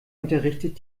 unterrichtet